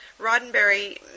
Roddenberry